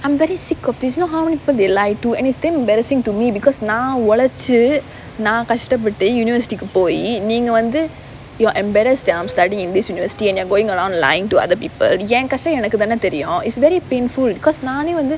I'm very sick of this you know how many people they lie to and it's damn embarrassing to me because நான் ஒழச்சி நான் கஷ்டப்பட்டு:naan olachi naan kashtappattu university கு போயி நீங்க வந்து:ku poyi neenga vanthu you're embarrassed that I am stuyding in this university and they are going around lying to other people ஏன் கஷ்டம் எனக்கு தான தெரியும்:yaen kashtam enakku thaanae theriyum it's very painful because நானே வந்து:naanae vanthu